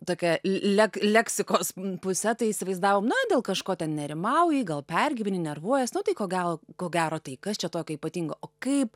tokia l lek leksikos puse tai įsivaizdavom na dėl kažko nerimauji gal pergyveni nervuojasi nu tai ko gal ko gero tai kas čia tokio ypatingo o kaip